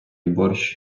борщ